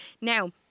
Now